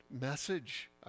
message